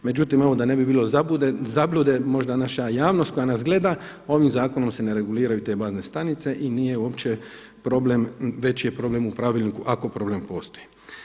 Međutim, evo da ne bi bilo zablude, možda naša javnost koja nas gleda ovim zakonom se ne reguliraju te bazne stanice i nije uopće problem veći je problem u pravilniku ako problem postoji.